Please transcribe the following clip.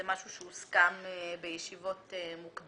זה משהו שהוסכם בישיבות מוקדמות.